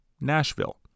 Nashville